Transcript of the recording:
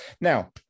now